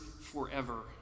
forever